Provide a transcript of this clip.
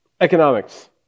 Economics